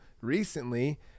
recently